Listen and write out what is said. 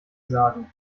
sagen